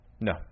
No